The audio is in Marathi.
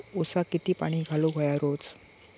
ऊसाक किती पाणी घालूक व्हया रोज?